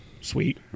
Sweet